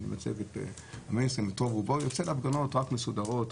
יוצא להפגנות רק מסודרות,